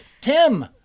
Tim